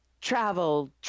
travel